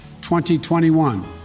2021